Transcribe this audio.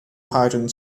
hiding